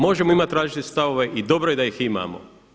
Možemo imati različite stavove i dobro je da ih imamo.